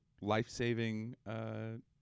life-saving